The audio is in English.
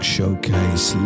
Showcase